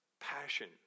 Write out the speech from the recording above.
passion